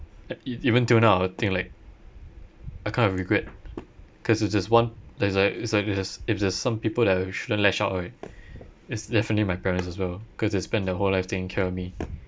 even till now I'll think like I kind of regret because it's just one like it's a if there's some people that I shouldn't lash out right is definitely my parents as well because they spent their whole life taking care of me